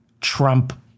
Trump